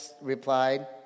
replied